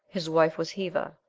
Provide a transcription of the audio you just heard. his wife was heva.